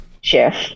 chef